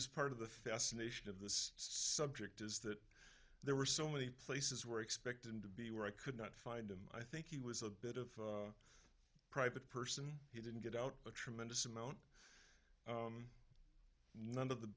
is part of the fascination of this subject is that there were so many places where i expected to be where i could not find him i think he was a bit of a private person he didn't get out a tremendous amount none of the